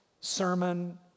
sermon